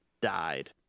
died